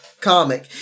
comic